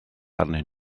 arnyn